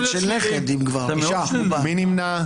מי נמנע?